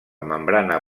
membrana